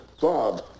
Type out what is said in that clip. Bob